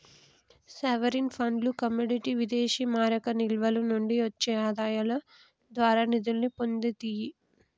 sovereign ఫండ్లు commodity విదేశీమారక నిల్వల నుండి వచ్చే ఆదాయాల ద్వారా నిధుల్ని పొందుతియ్యి